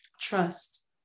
Trust